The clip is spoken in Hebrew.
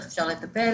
איך אפשר לטפל,